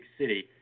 city